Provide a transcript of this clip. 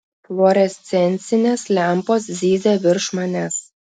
fluorescencinės lempos zyzia virš manęs